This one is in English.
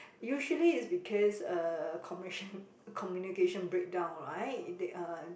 usually it's because uh communication communication breakdown right uh